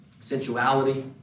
Sensuality